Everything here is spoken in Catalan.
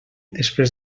després